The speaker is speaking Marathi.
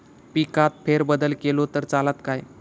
पिकात फेरबदल केलो तर चालत काय?